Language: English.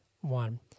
one